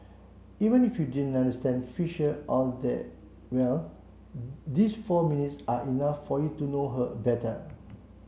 even if you didn't understand Fisher all that well these four minutes are enough for you to know her better